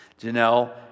Janelle